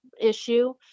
issue